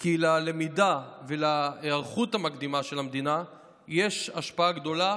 כי ללמידה ולהיערכות המקדימה של המדינה יש השפעה גדולה